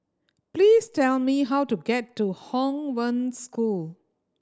please tell me how to get to Hong Wen School